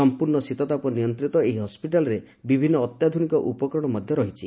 ସମ୍ପୂର୍ଣ୍ଣ ଶୀତତାପ ନିୟନ୍ତିତ ଏହି ହସ୍କିଟାଲରେ ବିଭିନ୍ନ ଅତ୍ୟାଧୁନିକ ଉପକରଣ ମଧ୍ୟ ରହିଛି